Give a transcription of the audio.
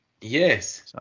Yes